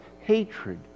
hatred